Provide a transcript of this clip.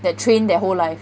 that train their whole life